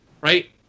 right